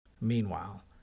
Meanwhile